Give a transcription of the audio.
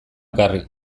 ekarri